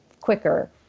quicker